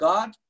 God